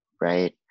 right